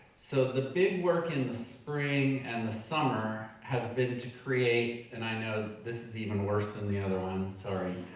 so the big work in the spring and the summer has been to create, and i know, this is even worse than the other one, sorry.